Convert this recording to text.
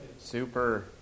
super